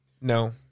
No